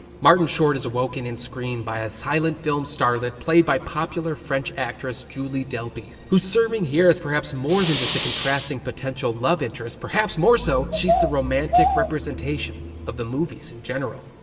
martin short is awoken in screen by a silent film starlet played by popular french actress, julie delpy, who's serving here as perhaps more than just a contrasting potential love interest, perhaps moreso so she's the romantic representation of the movies in general.